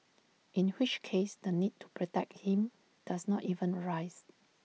in which case the need to protect him does not even arise